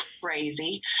crazy